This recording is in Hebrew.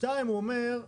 שתיים הוא אומר,